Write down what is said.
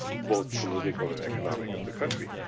both political and economic, of the country.